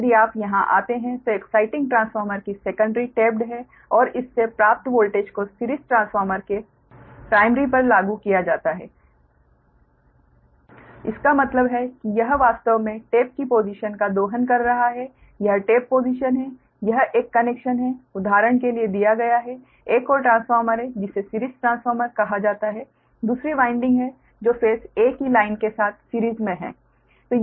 अब यदि आप यहां आते हैं तो एक्साइटिंग ट्रांसफार्मर की सेकंडरी टेप्ड है और इससे प्राप्त वोल्टेज को सिरीज़ ट्रांसफार्मर के प्राइमरी पर लागू किया जाता है इसका मतलब है कि यह वास्तव में टेप की पोसिशन का दोहन कर रहा है यह टेप पोसिशन है यह एक कनेक्शन है उदाहरण के लिए दिया गया है एक और ट्रांसफार्मर है जिसे सिरीज़ ट्रांसफार्मर कहा जाता है दूसरी वाइंडिंग है जो फेस 'a' की लाइन के साथ सिरीज़ मे है